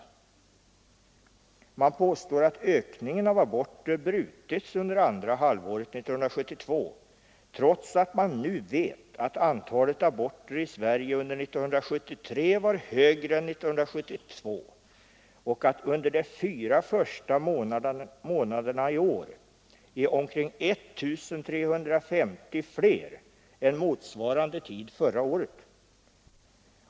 Utskottet påstår att ökningen av antalet aborter brutits under andra halvåret 1972, trots att man nu vet att antalet aborter i Sverige under 1973 var högre än under 1972 och att under de fyra första månaderna i år utförts 1 350 fler aborter än under motsvarande tid förra året.